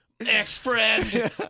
Ex-friend